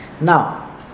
Now